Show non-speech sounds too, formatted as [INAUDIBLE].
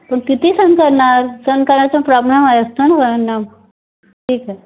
पण किती सहन करणार सहन करायचं [UNINTELLIGIBLE] असतं ना [UNINTELLIGIBLE] ठीक आहे